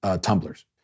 tumblers